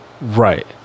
Right